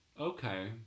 Okay